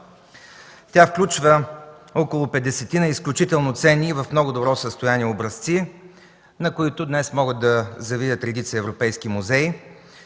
Тя включва около 50 ина изключително ценни и в много добро състояние образци, на които днес могат да завидят редица европейски музеи.